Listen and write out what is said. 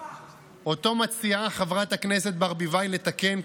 שאותו מציעה חברת הכנסת אורנה ברביבאי לתקן,